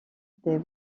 des